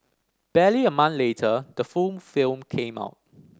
barely a month later the full film came out